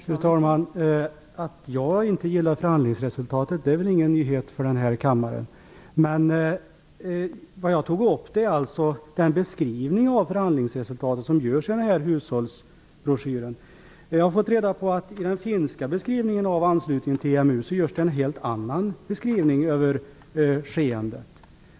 Fru talman! Att jag inte gillar förhandlingsresultatet är väl ingen nyhet för denna kammare. Men det som jag tog upp är den beskrivning av förhandlingsresultatet som görs i hushållsbroschyren. Jag har fått reda på att i den finska beskrivningen av anslutningen till EMU, görs det en helt annan beskrivning över skeendet.